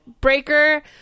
breaker